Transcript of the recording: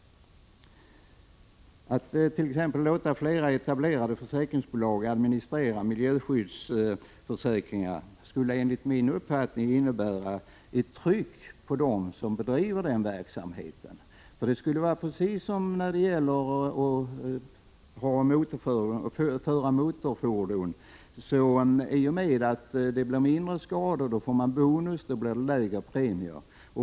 Att t.ex. låta flera etablerade försäkringsbolag administrera miljöskyddsförsäkringar skulle enligt min uppfattning innebära ett tryck på dem som bedriver den verksamheten. Reglerna skulle vara desamma som när det gäller att föra motorfordon, dvs. att man om man kan undvika skador får bonusi form av lägre premier.